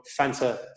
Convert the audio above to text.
Fanta